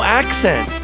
accent